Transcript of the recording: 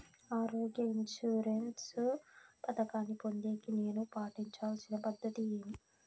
ఆరోగ్య ఇన్సూరెన్సు పథకాన్ని పొందేకి నేను పాటించాల్సిన పద్ధతి ఏమి?